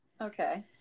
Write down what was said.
Okay